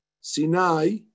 Sinai